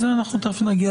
תכף נגיע